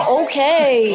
okay